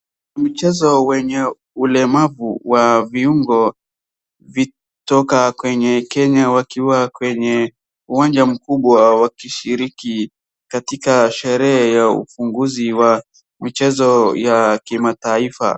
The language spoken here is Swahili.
Mchezo wenye ulemavu wa viungo vitoka kwenye Kenya wakiwa kwenye uwanja mkubwa wakishiriki katika sherehe ya ufunguzi wa michezo ya kimataifa.